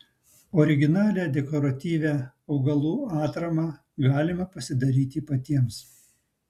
originalią dekoratyvią augalų atramą galima pasidaryti patiems